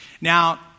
Now